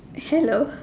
hello